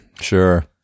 sure